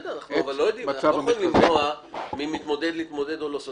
אבל אנחנו לא יכולים למנוע ממתמודד להתמודד או לא.